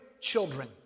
children